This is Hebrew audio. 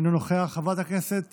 אינו נוכח, חברת הכנסת